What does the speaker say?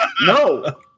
No